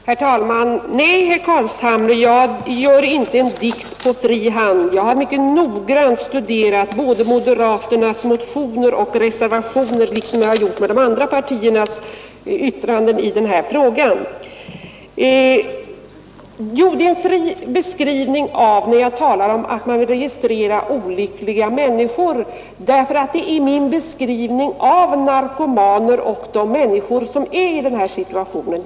Herr talman! Nej, herr Carlshamre, jag gör inte en dikt på fri hand. Jag har mycket noggrant studerat moderaternas motioner och reservationer liksom jag har gjort det med de andra partiernas yttranden i denna fråga. Men det är en fri beskrivning när jag talar om att man registrerar olyckliga människor; det är min beskrivning av narkomaner och de människor som befinner sig i den här situationen.